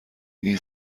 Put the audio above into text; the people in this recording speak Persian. این